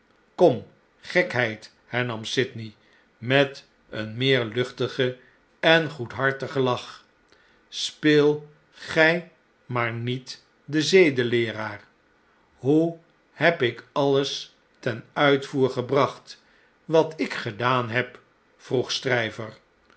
kom gekheid hernam sydney met een meer luchtigen en goedaardigen lach speel gjj maar niet den zedeleeraar hoe heb ik alles ten uitvoer gebracht wat ik gedaan heb vroeg